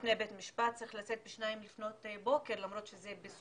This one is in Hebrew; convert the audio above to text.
בפני בית המשפט צריך לצאת בשתיים לפנות בוקר למרות שהמשפט מתבצע